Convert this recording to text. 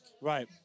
Right